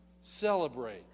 Celebrate